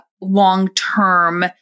long-term